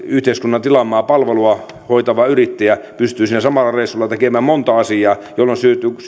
yhteiskunnan tilaamaa palvelua hoitava yrittäjä pystyy siinä samalla reissulla tekemään monta asiaa jolloin